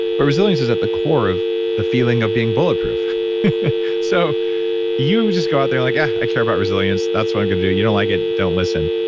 but resilience is at the core of the feeling of being bulletproof so you just go out there like, yeah. i care about resilience. that's what i'm going to do. you don't like it don't listen.